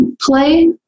Play